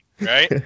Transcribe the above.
right